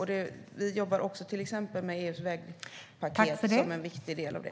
Vi jobbar också till exempel med EU:s vägpaket som en viktig del av det.